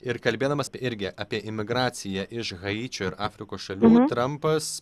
ir kalbėdamas irgi apie imigraciją iš haičio ir afrikos šalių trampas